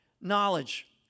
knowledge